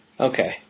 Okay